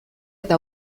eta